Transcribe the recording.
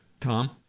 Tom